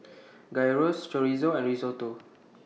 Gyros Chorizo and Risotto